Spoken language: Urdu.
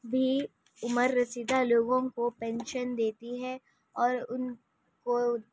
بھی عمر رسیدہ لوگوں کو پینشن دیتی ہے اور ان کو